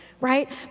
right